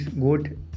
good